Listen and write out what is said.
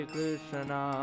Krishna